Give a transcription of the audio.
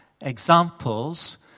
examples